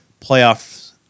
playoffs